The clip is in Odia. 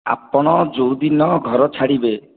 ଆପଣ ଯେଉଁଦିନ ଘର ଛାଡ଼ିବେ